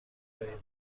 دنیا